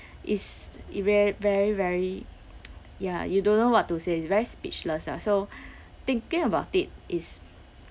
it's it ve~ very very ya you don't know what to say it's very speechless ah so thinking about it is